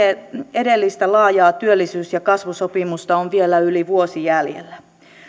edellistä laajaa työllisyys ja kasvusopimusta on vielä yli vuosi jäljellä